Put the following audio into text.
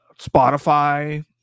Spotify